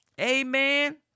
Amen